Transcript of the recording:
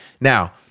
Now